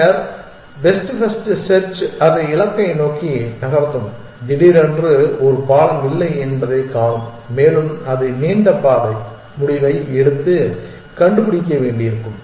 பின்னர் முதலில் best first search அதை இலக்கை நோக்கி நகர்த்தும் திடீரென்று ஒரு பாலம் இல்லை என்பதைக் காணும் மேலும் அது நீண்ட பாதை முடிவை எடுத்து கண்டுபிடிக்க வேண்டியிருக்கும்